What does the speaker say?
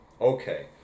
Okay